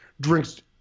drinks